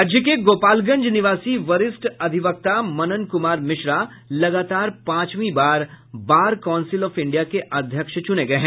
राज्य के गोपालगंज निवासी वरिष्ठ अधिवक्ता मनन कुमार मिश्रा लगातार पांचवीं बार बार काउंसिल ऑफ इंडिया के अध्यक्ष चूने गये हैं